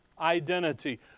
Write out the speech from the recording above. identity